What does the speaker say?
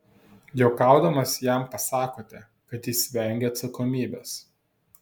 juokaudamas jam pasakote kad jis vengia atsakomybės